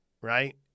right